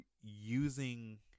using